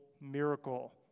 miracle